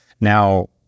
Now